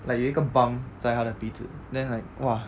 like 有一个 bump 在他的鼻子 then like !wah!